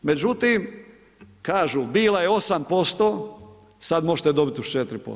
Međutim, kažu bila je 8%, sada možete dobiti uz 4%